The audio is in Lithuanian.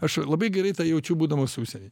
aš labai gerai tą jaučiu būdamas užsieny